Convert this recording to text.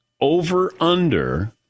over-under